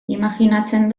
imajinatzen